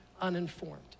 uninformed